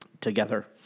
together